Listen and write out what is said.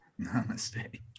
Namaste